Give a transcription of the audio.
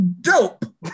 dope